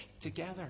together